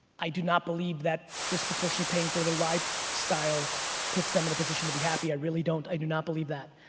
i do not believe that disproportionately paying for their so lifestyle puts them in a position to be happy, i really don't, i do not believe that.